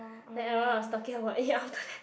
then everyone was talking about it after that